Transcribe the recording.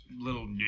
little